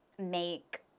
make